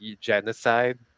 genocide